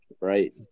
right